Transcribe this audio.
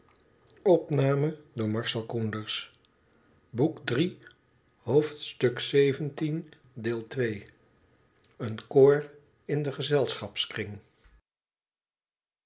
een koor in den gezelschapskring